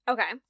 Okay